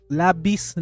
labis